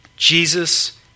Jesus